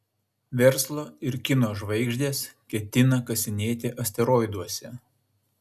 verslo ir kino žvaigždės ketina kasinėti asteroiduose